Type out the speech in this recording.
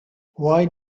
why